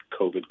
COVID